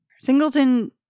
Singleton